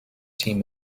team